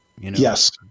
Yes